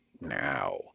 now